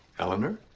eleanor.